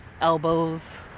elbows